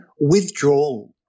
withdrawal